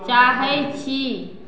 चाहैत छी